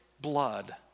blood